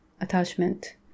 attachment